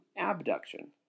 abduction